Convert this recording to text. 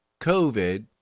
COVID